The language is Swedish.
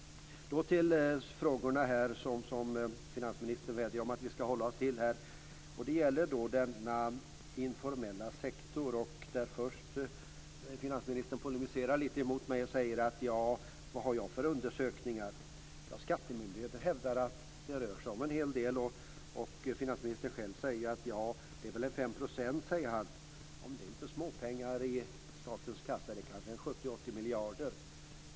Så till frågorna, som finansministern vädjar om att vi skall hålla oss till. Det gäller denna informella sektor. Finansministern polemiserar först lite mot mig och undrar vad jag har för undersökningar. Jo, skattemyndigheten hävdar att det rör sig om en hel del. Finansministern själv säger att det är ca 5 %. Men det är inte småpengar i statens kassa. Det är kanske en 70-80 miljarder.